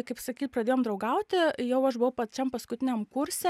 kaip sakyt pradėjom draugauti jau aš buvau pačiam paskutiniam kurse